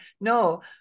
No